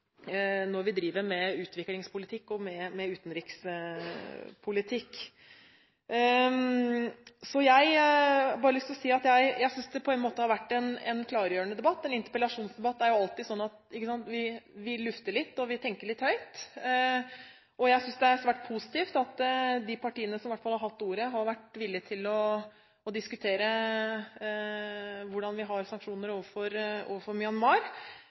når vi driver med utviklingspolitikk og utenrikspolitikk. Jeg har bare lyst til å si at jeg synes det har vært en klargjørende debatt. En interpellasjonsdebatt er alltid slik at vi lufter litt, og vi tenker litt høyt, og jeg synes det er svært positivt at i hvert fall de partiene som har hatt ordet, har vært villige til å diskutere hvordan vi har sanksjoner overfor Myanmar. Jeg mener fortsatt at dette kan være et land vi på egen kjøl kan lette på sanksjoner overfor,